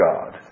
God